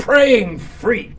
praying fre